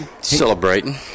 celebrating